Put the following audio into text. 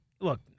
look